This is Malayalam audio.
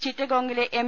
ചിറ്റഗോംഗിലെ എം